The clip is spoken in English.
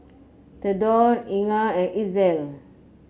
Thedore Inga and Itzel